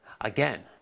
again